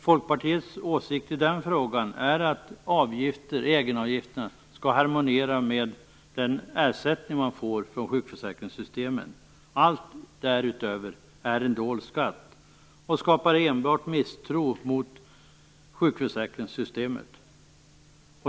Folkpartiets åsikt i den frågan är att egenavgifterna skall harmoniera med den ersättning som man får från sjukförsäkringssystemen. Allt därutöver är en dold skatt och skapar enbart en misstro mot sjukförsäkringssystemet.